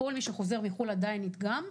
כל מי שחוזר מחו"ל עדיין נדגם,